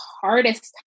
hardest